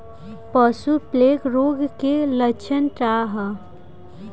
पशु प्लेग रोग के लक्षण का ह?